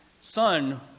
son